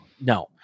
No